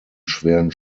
schweren